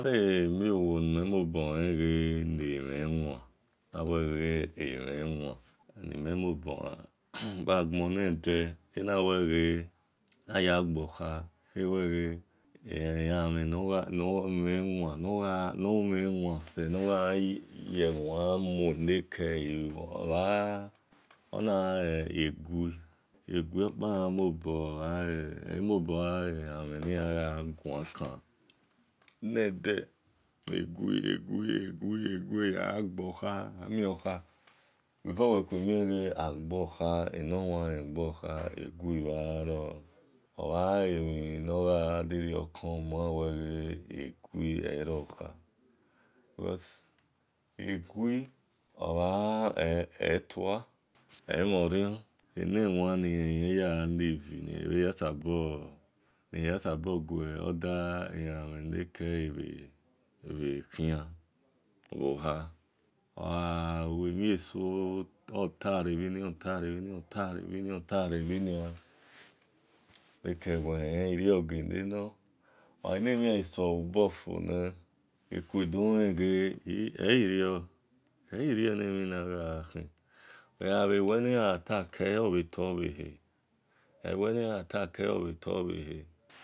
Emionwo nimhe-mobolen omhe wan bhaghonede ayagbokha we elamhen nowa bhe agbonede aya gbo khe we elamhen nomhenwase nede before eniwan guagbokha egui must aro awe elamhen nomhen wan se because egui etua emhonrion enewan oyagha mue lekele lu enewanni osuboyaguelekele-khia bhoha ofha lue-mhin otare bhinian otare bhi nia enekele we orio ghelenor enemhen gha ghi solobor ekuedowe ee eyerio eghawe niyan attack ele obhe tobhehe